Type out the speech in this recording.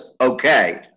okay